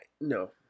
No